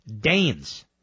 Danes